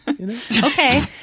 Okay